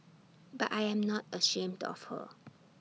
but I am not ashamed of her